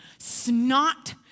snot